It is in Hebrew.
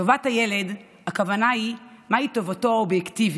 טובת הילד, הכוונה היא מהי טובתו האובייקטיבית,